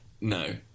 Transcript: No